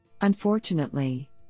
Unfortunately